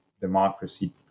democracy